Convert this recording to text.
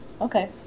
Okay